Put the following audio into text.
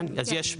כן.